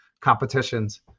competitions